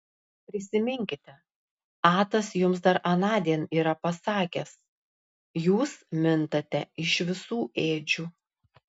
prisiminkite atas jums dar anądien yra pasakęs jūs mintate iš visų ėdžių